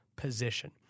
Position